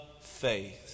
faith